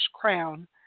crown